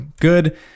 good